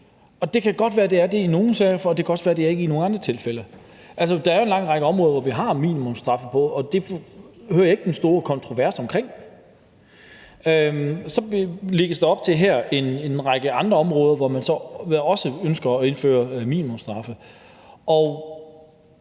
Det kan godt være, at det er det i nogle tilfælde, og det kan også godt være, at det ikke er det i andre tilfælde. Der er jo en lang række områder, hvor vi har minimumsstraffe, og det oplever jeg ikke den store kontrovers omkring. Så lægges der her op til, at der er en række andre områder, hvor man så også ønsker at indføre minimumsstraffe.